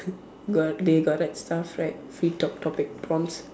got they got write stuff right free talk topics prompts